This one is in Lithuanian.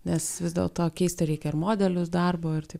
nes vis dėl to keisti reikia ir modelius darbo ir taip